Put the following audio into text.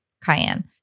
Cayenne